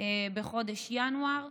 בחודש ינואר.